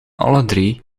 alledrie